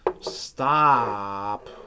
stop